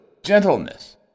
Gentleness